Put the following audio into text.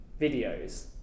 videos